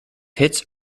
hits